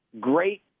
great